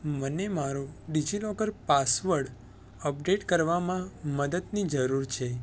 મને મારો DigiLocker password update કરવામાં મદદની જરૂર છે